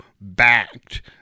backed